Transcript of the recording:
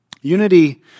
Unity